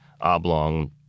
oblong